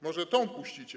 Może tę puścicie?